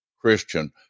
Christian